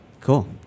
Cool